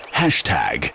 hashtag